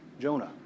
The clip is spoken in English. Jonah